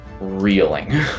reeling